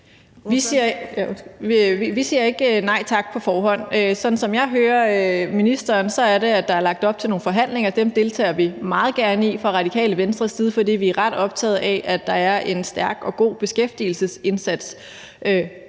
Vi siger ikke nej tak på forhånd. Sådan som jeg hører ministeren, er der lagt op til nogle forhandlinger – dem deltager vi meget gerne i fra Radikale Venstres side, fordi vi er ret optaget af, at der er en stærk og god beskæftigelsesindsats,